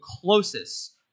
closest